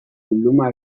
bilduma